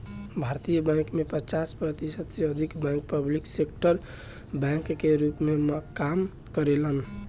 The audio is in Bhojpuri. भारतीय बैंक में पचास प्रतिशत से अधिक बैंक पब्लिक सेक्टर बैंक के रूप में काम करेलेन